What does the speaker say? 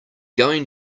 going